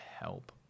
help